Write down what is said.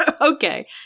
Okay